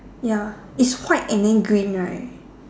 ya is white and then green right